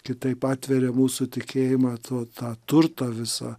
kitaip atveria mūsų tikėjimą tuo tą turtą visą